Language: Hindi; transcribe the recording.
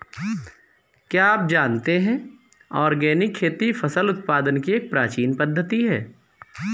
क्या आप जानते है ऑर्गेनिक खेती फसल उत्पादन की एक प्राचीन पद्धति है?